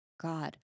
God